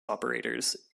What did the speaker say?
operators